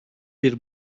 bir